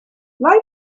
light